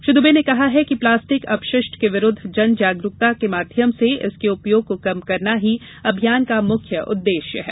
श्री दुबे ने कहा है कि प्लास्टिक अपशिष्ट के विरूद्ध जन जागरूकता के माध्यम से इसके उपयोग को कम करना ही अभियान का मुख्य उद्देश्य है